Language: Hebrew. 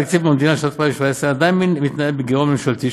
תקציב המדינה לשנת 2017 עדיין מתנהל בגירעון ממשלתי,